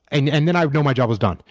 and and then i would know my job was done.